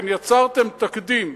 כן, יצרתם תקדים,